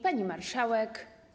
Pani Marszałek!